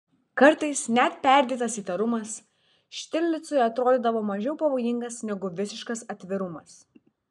kartais net perdėtas įtarumas štirlicui atrodydavo mažiau pavojingas negu visiškas atvirumas